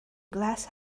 glass